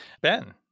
Ben